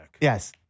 Yes